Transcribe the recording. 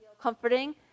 comforting